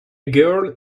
girl